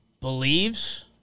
believes